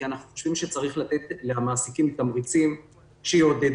כי אנחנו חושבים שצריך לתת למעסיקים תמריצים שיעודדו,